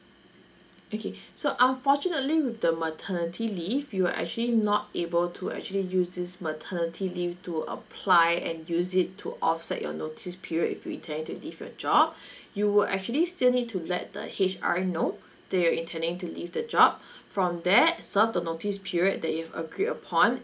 okay so unfortunately with the maternity leave you're actually not able to actually use this maternity leave to apply and use it to offset your notice period if you're intending to leave your job you will actually still need to let the H_R know that you're intending to leave the job from that serve the notice period that you've agreed upon